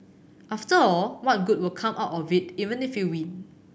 after all what good will come out of it even if you win